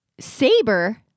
saber